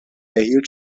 erhielt